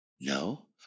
No